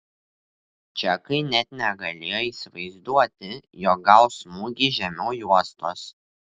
čekai net negalėjo įsivaizduoti jog gaus smūgį žemiau juostos